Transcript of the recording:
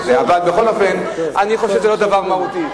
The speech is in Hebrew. בכל אופן, אני חושב שזה לא דבר מהותי.